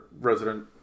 resident